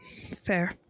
Fair